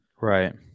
Right